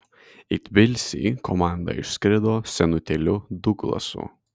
į tbilisį komanda išskrido senutėliu duglasu